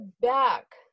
back